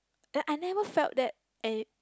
that I never felt that eh